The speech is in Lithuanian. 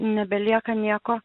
nebelieka nieko